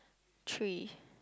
three